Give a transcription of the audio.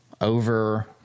over